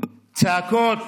צעקות,